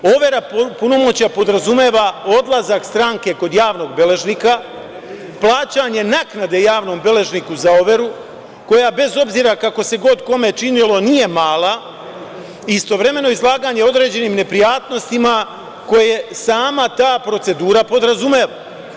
Overa punomoćja podrazumeva odlazak stranke kod javnog beležnika, plaćanje naknade javnom beležniku za overu, koja bez obzira kako se god kome činilo nije mala, istovremeno izlaganje određenim neprijatnostima koje sama ta procedura podrazumeva.